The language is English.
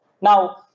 now